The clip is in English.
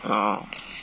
orh